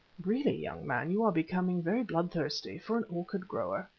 really, young man, you are becoming very blood-thirsty for an orchid grower,